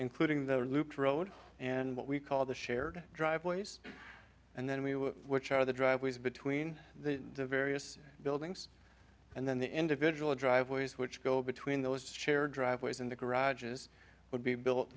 including the loop road and what we call the shared driveways and then we would which are the driveways between the various buildings and then the individual driveways which go between those chair driveways in the garages would be built